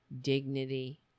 Dignity